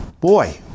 Boy